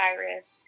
high-risk